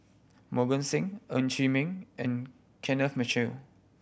Mohan Singh Ng Chee Meng and Kenneth Mitchell